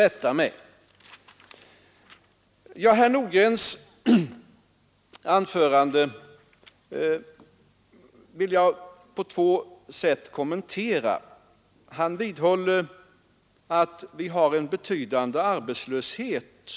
Härefter vill jag också något kommentera herr Nordgrens anförande. Han vidhåller att vi fortfarande har en betydande arbetslöshet.